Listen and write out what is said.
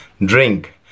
drink